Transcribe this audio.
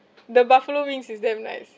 the buffalo wings is damn nice